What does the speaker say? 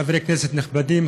חברי כנסת נכבדים,